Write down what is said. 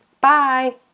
Bye